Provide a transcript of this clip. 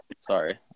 Sorry